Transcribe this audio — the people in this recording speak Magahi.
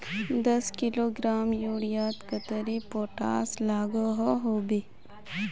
दस किलोग्राम यूरियात कतेरी पोटास लागोहो होबे?